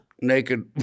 naked